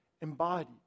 embodied